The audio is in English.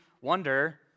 wonder